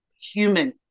human